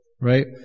right